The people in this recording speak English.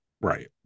Right